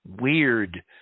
weird